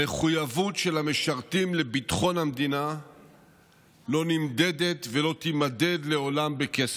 המחויבות של המשרתים לביטחון המדינה לא נמדדת ולא תימדד לעולם בכסף.